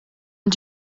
und